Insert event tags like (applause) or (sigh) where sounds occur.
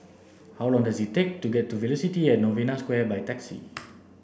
how long does it take to get to Velocity and Novena Square by taxi (noise)